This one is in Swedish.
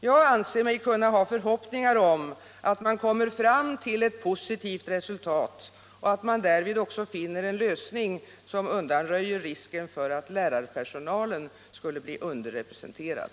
Jag anser mig kunna ha förhoppningar om att man kommer fram till ett positivt resultat och att man därvid också finner en lösning som undanröjer risken för att lärarpersonalen skulle bli underrepresenterad.